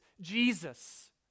Jesus